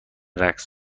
رقص